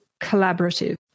collaborative